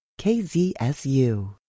KZSU